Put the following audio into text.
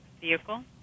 vehicle